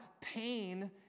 pain